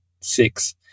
six